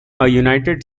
united